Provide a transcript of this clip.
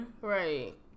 Right